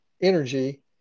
energy